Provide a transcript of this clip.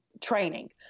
training